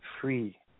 free